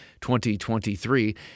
2023